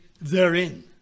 therein